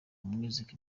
music